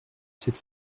sept